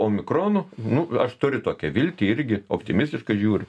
omikronu nu aš turiu tokią viltį irgi optimistiškai žiūriu